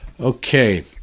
Okay